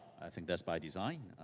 i think that's by design.